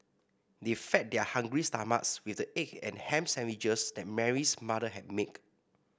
they fed their hungry stomachs with the egg and ham sandwiches that Mary's mother had make